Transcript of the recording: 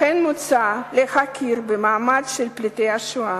לכן מוצע להכיר במעמד של פליטי השואה.